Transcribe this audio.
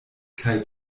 kaj